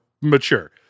mature